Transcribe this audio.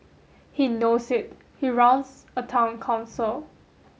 he knows it he runs a Town Council